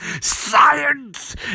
science